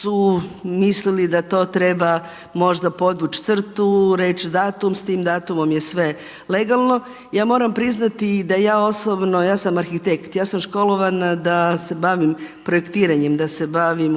su mislili da to treba možda podvući crtu, reći datum, s tim datumom je sve legalno. Ja moram priznati da ja osobno, ja sam arhitekt, ja sam školovana da se bavim projektiranjem, da se